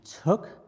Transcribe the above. took